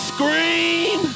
Scream